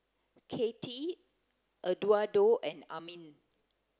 Kattie Eduardo and Amin